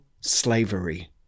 slavery